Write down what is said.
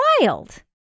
wild